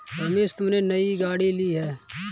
रमेश तुमने नई गाड़ी ली हैं